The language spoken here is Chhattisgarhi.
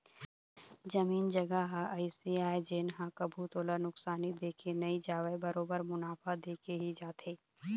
जमीन जघा ह अइसे आय जेन ह कभू तोला नुकसानी दे के नई जावय बरोबर मुनाफा देके ही जाथे